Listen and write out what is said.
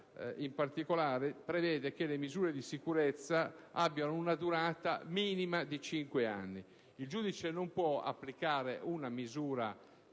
in particolare che le misure di sicurezza abbiano una durata minima di cinque anni. Il giudice non può applicare una misura